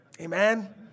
Amen